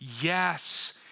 yes